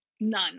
none